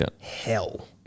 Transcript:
hell